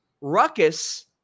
Ruckus